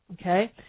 okay